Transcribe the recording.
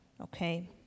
okay